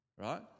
right